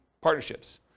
partnerships